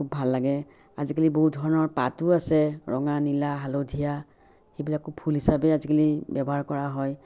খুব ভাল লাগে আজিকালি বহুত ধৰণৰ পাতো আছে ৰঙা নীলা হালধীয়া সেইবিলাকো ফুল হিচাপেই আজিকালি ব্য়ৱহাৰ কৰা হয়